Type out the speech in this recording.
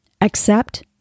Accept